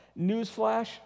Newsflash